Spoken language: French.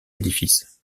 l’édifice